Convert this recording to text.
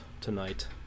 tonight